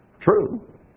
true